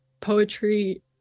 poetry